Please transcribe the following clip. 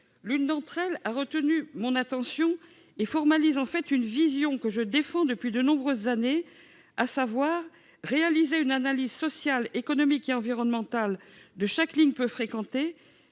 L'une d'entre elles a retenu mon attention, car elle formalise une vision que je défends depuis de nombreuses années, à savoir la nécessité de réaliser une analyse sociale, économique et environnementale de chaque ligne peu fréquentée,